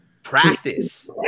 Practice